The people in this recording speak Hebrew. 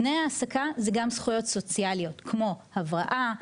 תנאי העסקה זה גם זכויות סוציאליות כמו: הבראה,